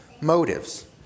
motives